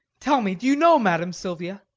tell me, do you know madam silvia?